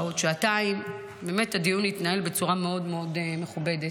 -- אני חושבת ששעתיים הדיון התנהל בצורה מאוד מאוד מכובדת.